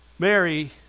Mary